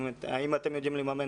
האם אתם יודעים לממן